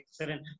excellent